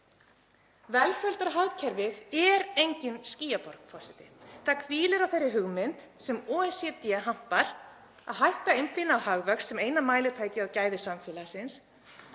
Velsældarhagkerfið er engin skýjaborg, forseti. Það hvílir á þeirri hugmynd sem OECD hampar; að hætta að einblína á hagvöxt sem eina mælitæki á gæði samfélagsins.